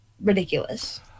Ridiculous